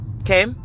okay